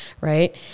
right